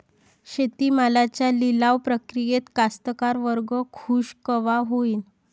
शेती मालाच्या लिलाव प्रक्रियेत कास्तकार वर्ग खूष कवा होईन?